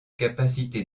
capacité